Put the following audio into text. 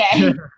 okay